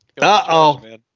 Uh-oh